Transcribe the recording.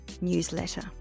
newsletter